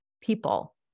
people